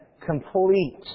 complete